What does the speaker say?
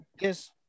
Yes